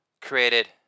created